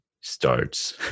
starts